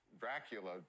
Dracula